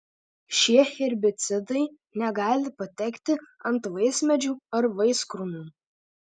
šie herbicidai negali patekti ant vaismedžių ar vaiskrūmių